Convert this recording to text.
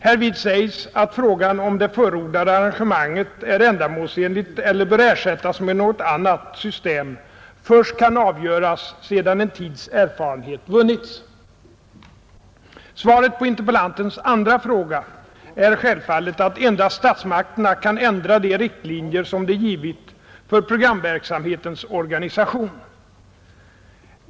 Härvid sägs att frågan om det förordade arrangemanget är ändamålsenligt eller bör ersättas med något annat system först kan avgöras sedan en tids erfarenhet vunnits. Svaret på interpellantens andra fråga är självfallet att endast statsmakterna kan ändra de riktlinjer som de givit för programverksamhetens organisation.